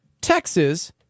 Texas